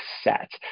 SET